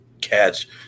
catch